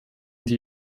die